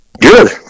good